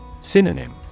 Synonym